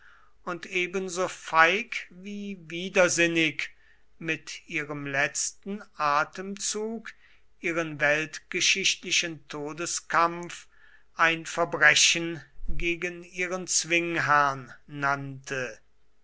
und ebenso feig wie widersinnig mit ihrem letzten atemzug ihren weltgeschichtlichen todeskampf ein verbrechen gegen ihren zwingherrn nannte